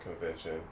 convention